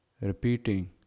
repeating